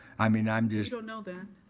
i mean, i'm just you don't know that.